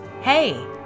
Hey